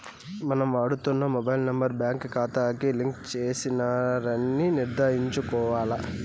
మనం వాడుతున్న mobile number బాంకీ కాతాకు లింక్ చేసినారని నిర్ధారించుకోవాల్ల